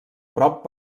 prop